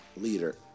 leader